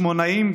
החשמונאים,